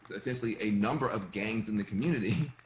essentially, a number of gangs in the community,